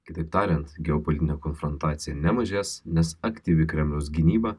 kitaip tariant geopolitinė konfrontacija nemažės nes aktyvi kremliaus gynyba